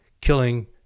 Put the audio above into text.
killing